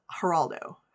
Geraldo